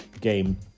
game